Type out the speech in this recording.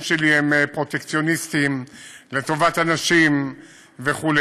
שלי הם פרוטקציוניסטיים לטובת אנשים וכו',